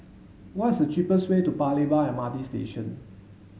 what is the cheapest way to Paya Lebar M R T Station